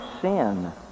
sin